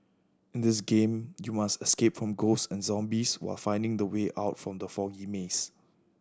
in this game you must escape from ghost and zombies while finding the way out from the foggy maze